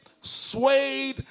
swayed